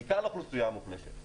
בעיקר לאוכלוסייה המוחלשת.